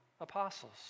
apostles